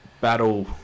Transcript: battle